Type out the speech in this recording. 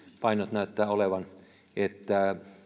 näyttää olevan